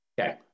Okay